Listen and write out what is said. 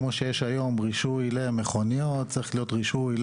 כמו שיש היום רישוי למכוניות צריכים להיות מבחני רישוי גם